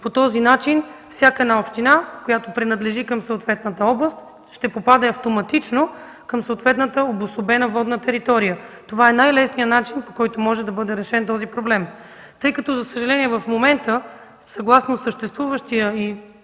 По този начин всяка една община, която принадлежи към съответната област, ще попадне автоматично към съответната обособена водна територия. Това е най-лесният начин, по който може да бъде решен този проблем. За съжаление в момента, съгласно съществуващия